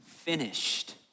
finished